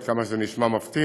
עד כמה שזה נשמע מפתיע,